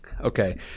Okay